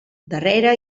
darrere